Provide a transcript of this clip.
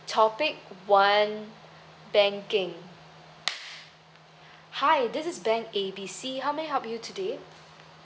topic one banking hi this is bank A B C how may I help you today